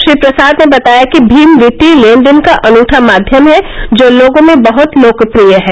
श्री प्रसाद ने बताया कि भीम वित्तीय लेन देन का अनूठा माध्यम है जो लोगों में बह्त लोकप्रिय है